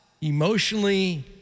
emotionally